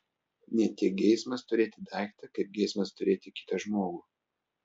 ne tiek geismas turėti daiktą kaip geismas turėti kitą žmogų